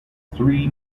three